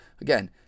again